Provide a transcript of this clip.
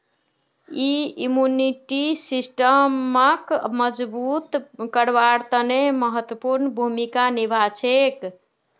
यई इम्यूनिटी सिस्टमक मजबूत करवार तने महत्वपूर्ण भूमिका निभा छेक